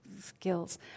skills